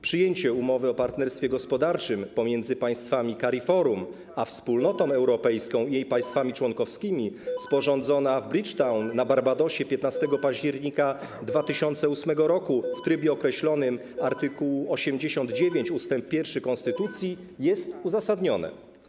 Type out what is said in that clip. Przyjęcie umowy o partnerstwie gospodarczym pomiędzy państwami CARIFORUM a Wspólnotą Europejską i jej państwami członkowskimi, sporządzonej w Bridgetown na Barbadosie 15 października 2008 r., w trybie określonym art. 89 ust. 1 konstytucji jest uzasadnione.